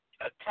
attack